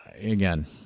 again